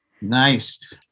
nice